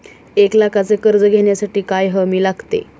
एक लाखाचे कर्ज घेण्यासाठी काय हमी लागते?